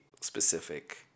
specific